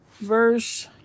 verse